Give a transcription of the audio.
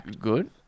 good